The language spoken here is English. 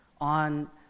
on